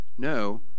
No